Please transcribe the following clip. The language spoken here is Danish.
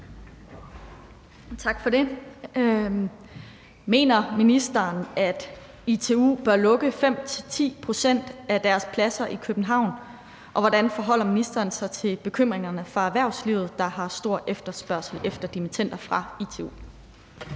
Tak for det. Mener ministeren, at ITU bør lukke 5-10 pct. af deres pladser i København, og hvordan forholder ministeren sig til bekymringerne fra erhvervslivet, der har stor efterspørgsel efter dimittender fra ITU?